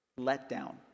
letdown